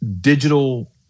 digital –